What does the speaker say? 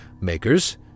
Makers